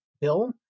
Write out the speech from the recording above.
bill